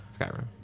skyrim